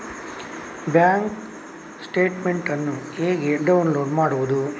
Bank statement ಅನ್ನು ಹೇಗೆ download ಮಾಡುವುದು?